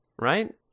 right